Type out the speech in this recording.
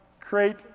create